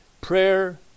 Prayer